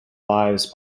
lives